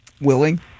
willing